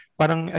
parang